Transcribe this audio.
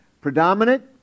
predominant